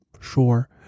sure